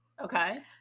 Okay